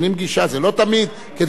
זה לא תמיד כדי לחסוך כסף,